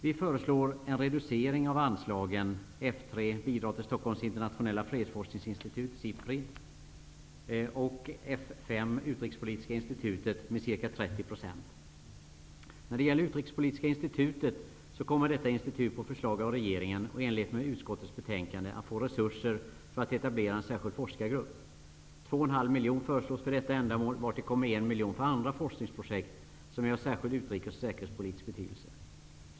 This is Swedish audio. Vi föreslår en reducering av anslagen F3 Bidrag till När det gäller Utrikespolitiska institutet kommer detta institut på förslag av regeringen och i enlighet med utskottets betänkande att få resurser för att etablera en särskild forskargrupp. Två och en halv miljoner kronor föreslås för detta ändamål vartill kommer en miljon för andra forskningsprojekt som är av särkild utrikes och säkerhetspolitisk betydelse.